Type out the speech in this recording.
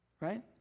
right